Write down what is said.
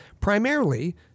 primarily